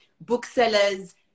booksellers